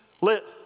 lit